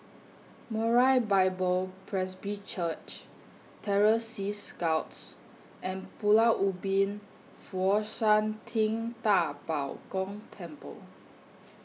Moriah Bible Presby Church Terror Sea Scouts and Pulau Ubin Fo Shan Ting DA Bo Gong Temple